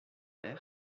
mer